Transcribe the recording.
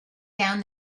down